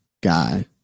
guy